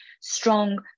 strong